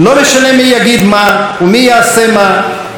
לא משנה מי יגיד מה ומי יעשה מה,